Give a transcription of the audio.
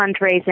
fundraising